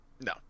No